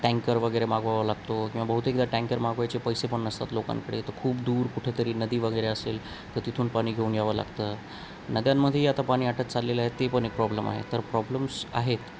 tanker वगैरे मागवावा लागतो किंवा बहुतेकदा टँकर मागवायचे पैसे पण नसतात लोकांकडे तर खूप दूर कुठेतरी नदी वगैरे असेल तर तिथून पाणी घेऊन यावं लागतं नद्यांमध्येही आता पाणी आटत चाललेलं आहे ते पण एक प्रॉब्लेम आहे तर प्रॉब्लेम्स आहेत